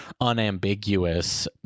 unambiguous